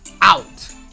out